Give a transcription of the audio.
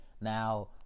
Now